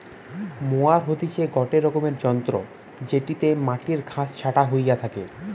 mower হতিছে গটে রকমের যন্ত্র জেটিতে মাটির ঘাস ছাটা হইয়া থাকে